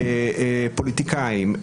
פוליטיקאים,